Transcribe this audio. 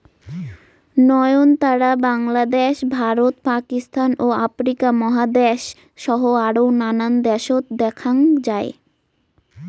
নয়নতারা বাংলাদ্যাশ, ভারত, পাকিস্তান ও আফ্রিকা মহাদ্যাশ সহ আরও নানান দ্যাশত দ্যাখ্যাং যাই